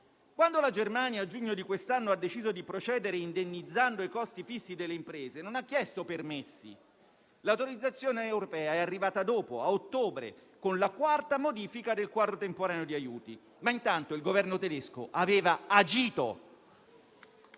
Quando la Germania, a giugno di quest'anno, ha deciso di procedere indennizzando i costi fissi delle imprese, non ha chiesto permessi: l'autorizzazione europea è arrivata dopo, a ottobre, con la quarta modifica del quadro temporaneo di aiuti, ma intanto il Governo tedesco aveva agito.